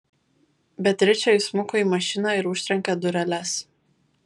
beatričė įsmuko į mašiną ir užtrenkė dureles